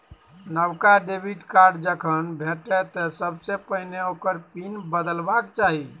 नबका debit card जखन भेटय तँ सबसे पहिने ओकर पिन बदलबाक चाही